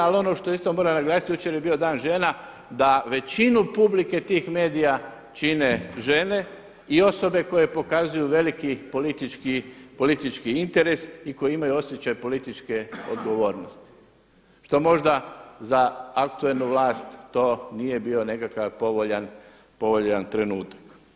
Ali ono što isto moram naglasiti, jučer je bio Dan žena, da većinu publike tih medija čine žene i osobe koje pokazuju veliki politički interes i koji imaju osjećaj političke odgovornosti što možda za aktualnu vlast to nije bio nekakav povoljan trenutak.